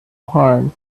harm